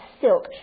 silk